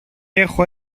έχω